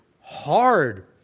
hard